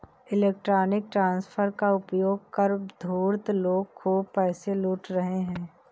electronic transfer का उपयोग कर धूर्त लोग खूब पैसे लूट रहे हैं